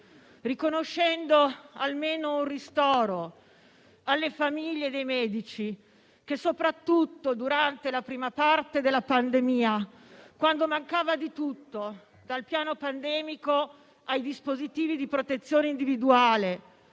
riconoscendo almeno un ristoro alle famiglie dei medici che, soprattutto durante la prima parte della pandemia, quando mancava di tutto (dal piano pandemico ai dispositivi di protezione individuale)